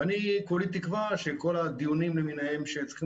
אני כולי תקווה שכל הדיונים למיניהם שצריכים